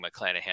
McClanahan